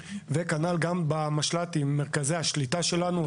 כנ"ל גם במשל"טים מרכזי השליטה שלנו,